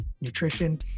nutrition